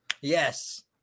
Yes